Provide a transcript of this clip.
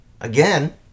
again